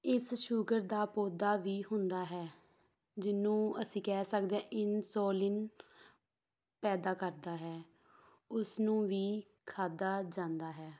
ਇਸ ਸ਼ੂਗਰ ਦਾ ਪੌਦਾ ਵੀ ਹੁੰਦਾ ਹੈ ਜਿਹਨੂੰ ਅਸੀਂ ਕਹਿ ਸਕਦੇ ਹਾਂ ਇਨਸੋਲਿਨ ਪੈਦਾ ਕਰਦਾ ਹੈ ਉਸਨੂੰ ਵੀ ਖਾਧਾ ਜਾਂਦਾ ਹੈ